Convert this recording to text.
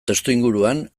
testuinguruan